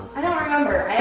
i don't remember.